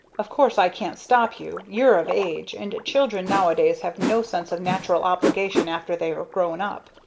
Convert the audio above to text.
of course i can't stop you! you're of age, and children nowadays have no sense of natural obligation after they're grown up.